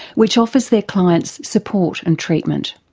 which offers their clients support and treatment.